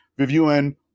reviewing